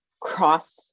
cross